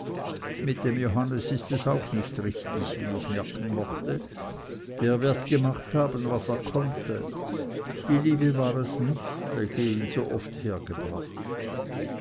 mit dem johannes ist es auch nicht richtig wie ich merken mochte der wird auch gemacht haben was er konnte die liebe war es nicht welche so oft ihn hergebracht